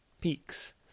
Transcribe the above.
peaks